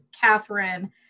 Catherine